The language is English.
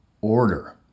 order